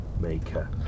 maker